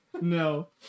No